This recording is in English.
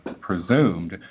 presumed